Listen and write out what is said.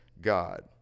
God